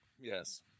yes